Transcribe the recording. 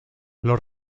los